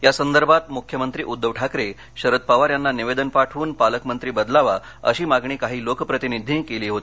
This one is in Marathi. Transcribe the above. या संदर्भात मुख्यमंत्री उध्दव ठाकरे शरद पवार यांना निवेदन पाठवून पालकमंत्री बदलावा अशी मागणी काही लोकप्रतिधीनींनी होती